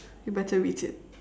you better read it